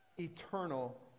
eternal